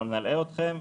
לא נלאה אתכם,